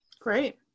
great